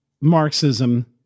Marxism